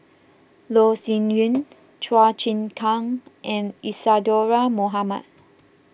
Loh Sin Yun Chua Chim Kang and Isadhora Mohamed